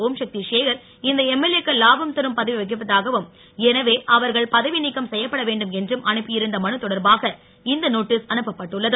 ஒம்சக்தி சேகர் இந்த எம்எல்ஏ க்கள் லாபம் தரும் பதவி வகிப்பதாகவும் எனவே அவர்கள் பதவிநீக்கம் செய்யப்பட வேண்டும் என்றும் அனுப்பியிருந்த மனு தொடர்பாக இந்த நோட்டீஸ் அனுப்பப்பட்டுள்ளது